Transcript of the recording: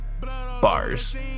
Bars